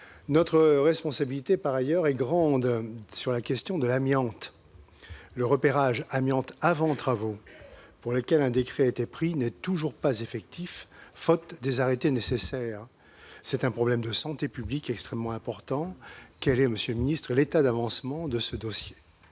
notre responsabilité est grande sur la question de l'amiante. Le repérage amiante avant travaux, pour lequel un décret a été pris, n'est toujours pas effectif, faute des arrêtés nécessaires. C'est un problème de santé publique extrêmement important. Quel est, monsieur le secrétaire d'État, l'avancement de ce dossier ?